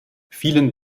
vielen